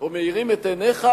או מאירים את עיניך,